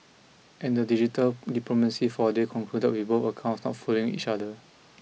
and the digital diplomacy for a day concluded with both accounts not following each other